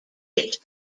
its